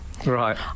Right